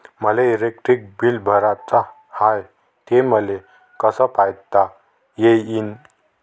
मले electric bill भराचं हाय, ते मले कस पायता येईन?